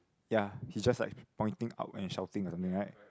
ya he's just like pointing up and shouting or something right